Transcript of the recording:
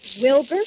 Wilbur